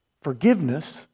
forgiveness